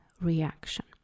reaction